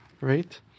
right